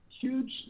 huge